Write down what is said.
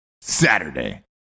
Saturday